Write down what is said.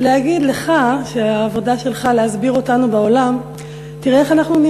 להגיד לך שהעבודה שלך להסביר אותנו בעולם מתחילה באיך שאנחנו פועלים,